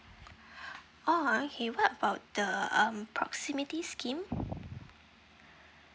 oh okay what about the um proximity scheme